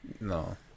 no